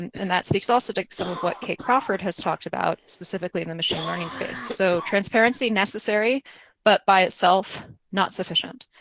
and that speaks also to some of what kate crawford has talked about, specifically, in the machine learning space. so, transparency necessary but, by itself, not sufficient.